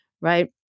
right